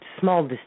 small